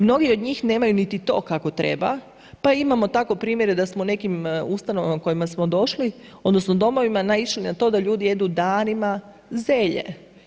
Mnogi od njih nemaju niti to kako treba pa imamo tako primjere da smo u nekim ustanovama u kojima smo došli, odnosno domovima naišli na to da ljudi jedu danima zelje.